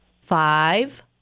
Five